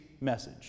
message